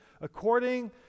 according